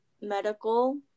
medical